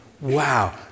wow